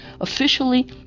officially